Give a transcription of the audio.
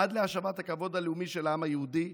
עד להשבת הכבוד הלאומי של העם היהודי,